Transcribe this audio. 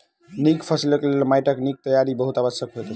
नीक फसिलक लेल माइटक नीक तैयारी बहुत आवश्यक होइत अछि